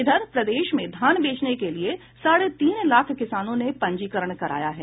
इधर प्रदेश में धान बेचने के लिए साढ़े तीन लाख किसानों ने पंजीकरण कराया है